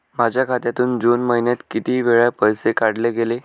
माझ्या खात्यातून जून महिन्यात किती वेळा पैसे काढले गेले?